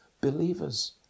believers